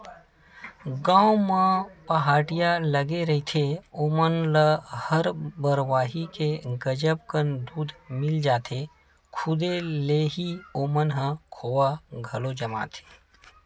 गाँव म पहाटिया लगे रहिथे ओमन ल हर बरवाही के गजब कन दूद मिल जाथे, खुदे ले ही ओमन ह खोवा घलो जमाथे